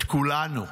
את כולנו,